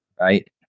right